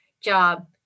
job